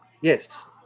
Yes